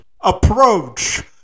approach